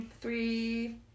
three